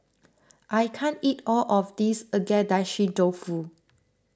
I can't eat all of this Agedashi Dofu